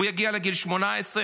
הוא יגיע לגיל 18,